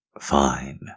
fine